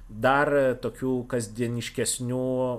dar tokių kasdieniškesnių